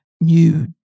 new